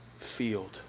field